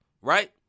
right